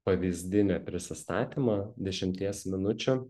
pavyzdinį prisistatymą dešimties minučių